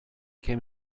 came